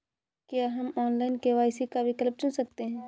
क्या हम online KYC का विकल्प चुन सकते हैं?